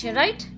right